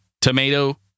tomato